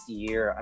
year